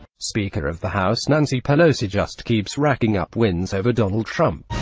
speaker of the house, nancy pelosi just keeps racking up wins over donald trump.